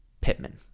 Pittman